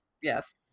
Yes